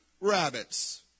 rabbits